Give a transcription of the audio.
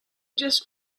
just